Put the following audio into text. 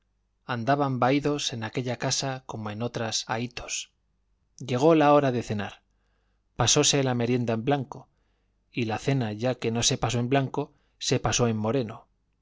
andaban vahídos en aquella casa como en otras ahítos llegó la hora de cenar pasóse la merienda en blanco y la cena ya que no se pasó en blanco se pasó en moreno